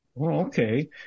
Okay